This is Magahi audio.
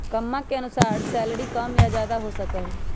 कम्मा के अनुसार सैलरी कम या ज्यादा हो सका हई